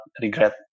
regret